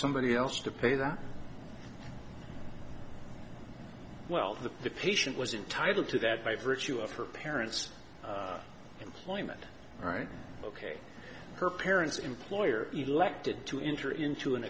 somebody else to pay that well to the efficient was entitle to that by virtue of her parents employment right ok her parents employer elected to enter into an